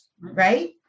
right